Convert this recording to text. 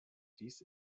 dies